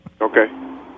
Okay